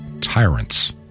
tyrants